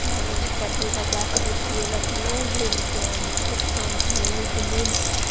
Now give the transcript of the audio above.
बादमे बच्चा पीलत दाएते दूध पीएलत नहि भेल तऽ बहुत तमते मम्मीते दूध